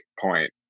point